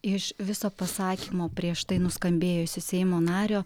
iš viso pasakymo prieš tai nuskambėjusio seimo nario